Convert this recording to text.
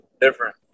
different